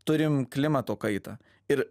turim klimato kaitą ir